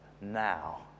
now